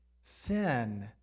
sin